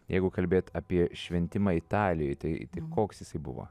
jeigu kalbėt apie šventimą italijoj tai koks jisai buvo